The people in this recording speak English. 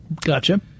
Gotcha